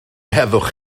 heddwch